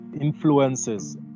influences